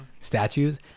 statues